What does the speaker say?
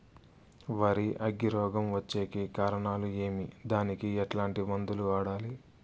వరి అగ్గి రోగం వచ్చేకి కారణాలు ఏమి దానికి ఎట్లాంటి మందులు వాడాలి?